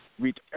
reach